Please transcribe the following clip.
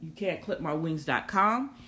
YouCan'tClipMyWings.com